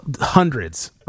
hundreds